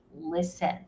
listen